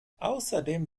ausserdem